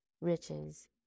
riches